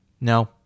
No